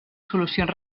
solucions